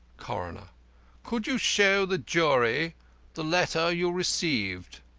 coroner could you show the jury the letter you received?